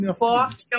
forte